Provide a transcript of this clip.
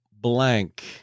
blank